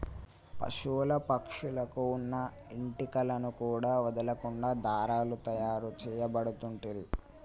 పశువుల పక్షుల కు వున్న ఏంటి కలను కూడా వదులకుండా దారాలు తాయారు చేయబడుతంటిరి